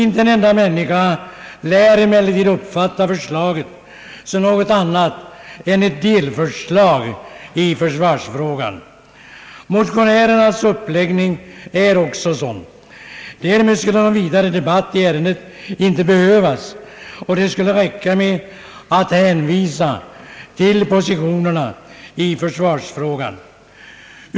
Inte en enda människa lär emellertid uppfatta förslaget som något annat än ett delförslag i försvarsfrågan. Motionernas uppläggning är också sådan. Därmed skulle någon vidare debatt i ärendet inte behövas, och det skulle räcka med att hänvisa till positionerna i försvarsfrågan.